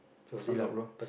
if I'm not wrong